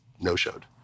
no-showed